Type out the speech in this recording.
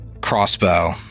crossbow